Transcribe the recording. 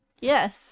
Yes